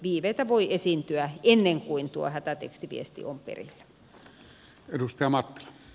viiveitä voi esiintyä ennen kuin tuo hätätekstiviesti on perillä